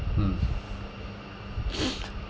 mm